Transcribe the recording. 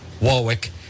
Warwick